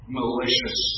malicious